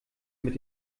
mit